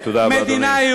תודה רבה,